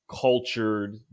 cultured